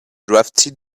drafty